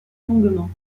longuement